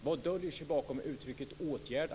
Vad döljer sig bakom uttrycket ågärda?